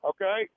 Okay